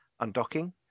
undocking